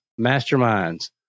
masterminds